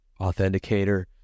authenticator